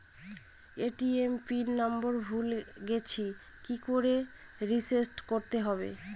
ATM pin number ভুলে গেছি কি করে রিসেট করতে হয়?